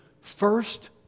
first